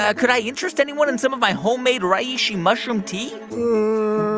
ah could i interest anyone in some of my homemade reishi mushroom tea?